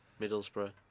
Middlesbrough